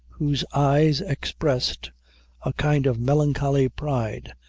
whose eyes expressed a kind of melancholy pride,